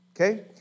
Okay